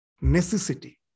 necessity